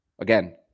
Again